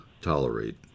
tolerate